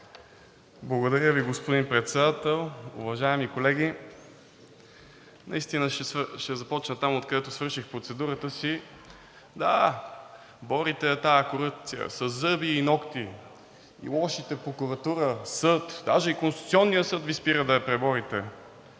Благодаря Ви, господин Председател. Уважаеми колеги! Наистина ще започна оттам, откъдето свърших процедурата си. Да, борите я тази корупция със зъби и нокти. Лошите прокуратура, съд, даже и Конституционният съд Ви спира да я преборите.